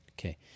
Okay